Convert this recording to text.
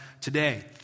today